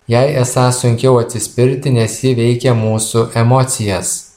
jai esą sunkiau atsispirti nes ji veikia mūsų emocijas